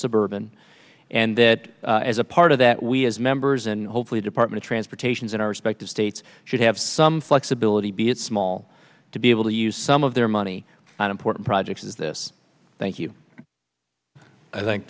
suburban and that as a part of that we as members and hopefully department of transportation's in our respective states should have some flexibility be it small to be able to use some of their money on important projects is this thank you